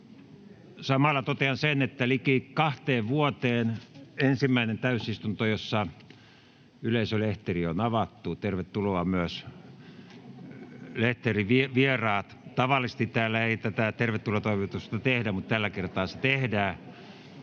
=== Totean, että tämä on liki kahteen vuoteen ensimmäinen täysistunto, jossa yleisölehteri on avattu — tervetuloa myös lehterivieraat! Tavallisesti täällä ei tätä tervetulotoivotusta tehdä, mutta tällä kertaa se tehdään.